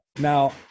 Now